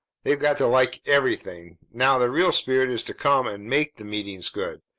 they've got to like everything. now, the real spirit is to come and make the meetings good,